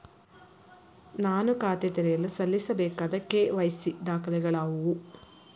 ನಾನು ಖಾತೆ ತೆರೆಯಲು ಸಲ್ಲಿಸಬೇಕಾದ ಕೆ.ವೈ.ಸಿ ದಾಖಲೆಗಳಾವವು?